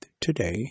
Today